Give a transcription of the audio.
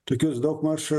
tokius daugmaž